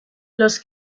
los